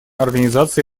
организации